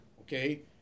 okay